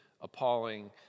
appalling